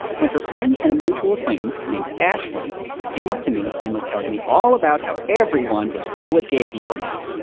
when her friend and a mutual acquaintance named ashlyn came up to me and was telling me all about how everyone was cool with gay people now.